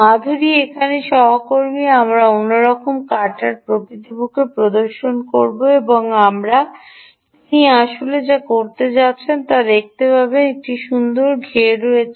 মাধুরী এখানে আমার সহকর্মী আমরা অন্যরকম কাটা কাটারের প্রকৃতপক্ষে প্রদর্শন করব এবং তিনি আসলে যা করতে যাচ্ছেন তা আপনি দেখতে পাবেন যে একটি সুন্দর ঘের রয়েছে